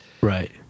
right